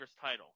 title